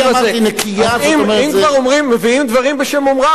אם כבר מביאים דברים בשם אומרם,